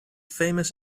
famous